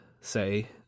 say